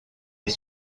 est